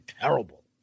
terrible